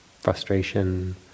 frustration